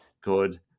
good